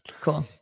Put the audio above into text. Cool